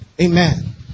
Amen